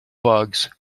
bugs